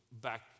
back